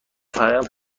فرایند